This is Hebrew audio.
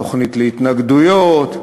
תוכנית להתנגדויות,